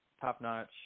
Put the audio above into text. top-notch